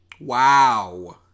Wow